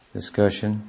discussion